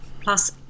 plus